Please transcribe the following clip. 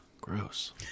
Gross